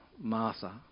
martha